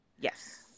Yes